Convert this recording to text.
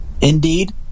Indeed